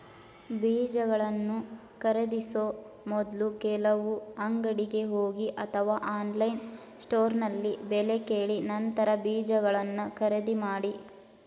ಬೀಜಗಳನ್ನು ಖರೀದಿಸೋ ಮೊದ್ಲು ಕೆಲವು ಅಂಗಡಿಗೆ ಹೋಗಿ ಅಥವಾ ಆನ್ಲೈನ್ ಸ್ಟೋರ್ನಲ್ಲಿ ಬೆಲೆ ಕೇಳಿ ನಂತರ ಬೀಜಗಳನ್ನ ಖರೀದಿ ಮಾಡಿ